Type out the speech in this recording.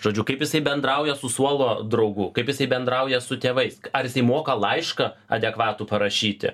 žodžiu kaip jisai bendrauja su suolo draugu kaip jisai bendrauja su tėvais ar jisai moka laišką adekvatų parašyti